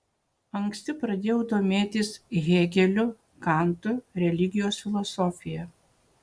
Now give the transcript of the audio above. anksti pradėjau domėtis hėgeliu kantu religijos filosofija